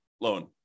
loan